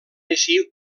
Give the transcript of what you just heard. així